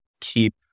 keep